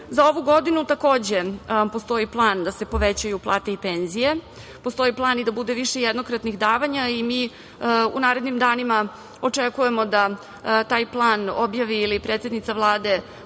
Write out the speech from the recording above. ovu godinu takođe postoji plan da se povećaju plate i penzije, postoji plan i da bude više jednokratnih davanja i mi u narednim danima očekujemo da taj plan objavi ili predsednica Vlade